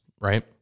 right